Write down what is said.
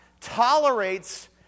tolerates